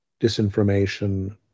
disinformation